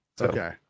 Okay